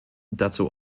dazu